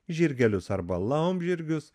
žirgelius arba laumžirgius